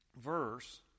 verse